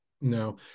No